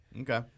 Okay